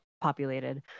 populated